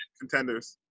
contenders